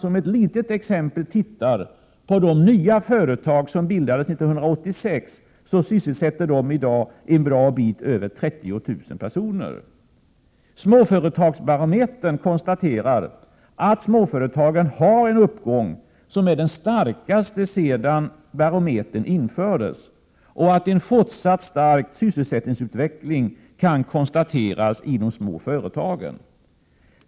Om man t.ex. ser på de nya företag som bildades 1986, finner man att de i dag sysselsätter en bra bit över 30 000 personer. Småföretagsbarometern konstaterar att siffran på småföretagare visar en uppgång som är den starkaste sedan barometern infördes och att en fortsatt stark sysselsättningsutveckling kan konstateras i de små företagen.